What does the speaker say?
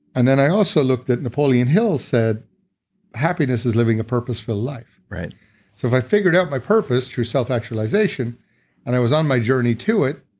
and then i also looked at napoleon hill said happiness is living a purposeful life. so if i figured out my purpose through self-actualization and i was on my journey to it,